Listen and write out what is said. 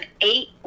eight